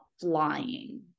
flying